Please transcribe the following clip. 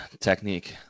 technique